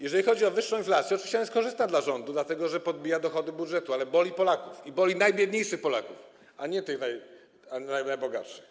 Jeżeli chodzi o wyższą inflację, to oczywiście ona jest korzystna dla rządu, dlatego że podbija dochody budżetu, ale boli Polaków i boli najbiedniejszych Polaków, a nie tych najbogatszych.